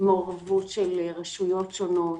מעורבות של רשויות שונות,